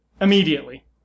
immediately